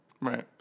Right